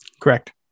Correct